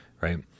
right